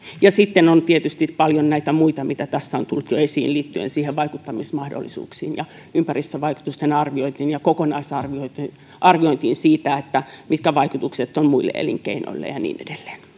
sitten on tietysti paljon näitä muita mitä tässä on tullut jo esiin liittyen vaikuttamismahdollisuuksiin ja ympäristövaikutusten arviointiin ja kokonaisarviointiin siitä mitkä ovat vaikutukset muille elinkeinoille ja niin